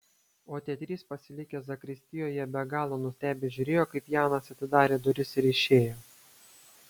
o tie trys pasilikę zakristijoje be galo nustebę žiūrėjo kaip janas atidarė duris ir išėjo